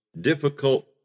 difficult